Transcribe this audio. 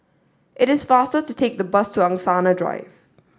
it is faster to take the bus to Angsana Drive